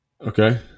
Okay